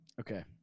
Okay